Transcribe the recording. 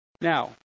Now